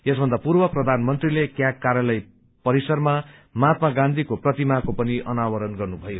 यसभन्दा पूर्व प्रधानमन्त्रीले क्याग कार्यालय परिसरमा महात्मा गाँधीको प्रतिमाको पनि अनावरण गर्नुभयो